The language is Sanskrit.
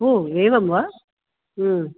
ओ एवं वा